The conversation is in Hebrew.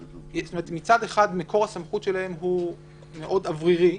שמצד אחד מקור הסמכות שלהן הוא מאוד אוורירי,